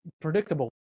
predictable